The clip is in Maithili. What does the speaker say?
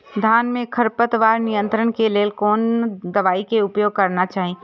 धान में खरपतवार नियंत्रण के लेल कोनो दवाई के उपयोग करना चाही?